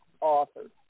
authors